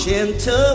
Gentle